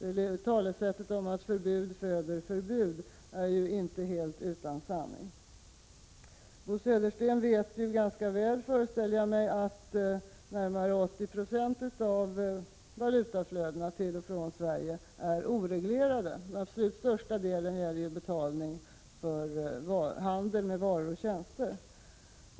Talesättet om att förbud föder förbud är inte helt utan sanning. Bo Södersten vet mycket väl, föreställer jag mig, att närmare 80 96 av valutaflödena till och från Sverige är oreglerade. Den absolut största delen gäller betalning för handel med varor och tjänster.